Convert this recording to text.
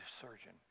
surgeon